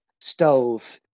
stove